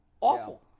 Awful